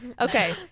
Okay